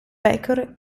pecore